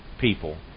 people